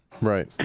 Right